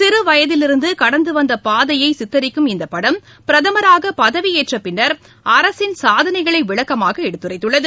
சிறுவயதிலிருந்து கடந்து வந்த பாதையை சித்தரிக்கும் இந்தப் படம் பிரதமராக பதவியேற்றப் பின்னர் அரசின் சாதனைகளை விளக்கமாக எடுத்துரைத்துள்ளது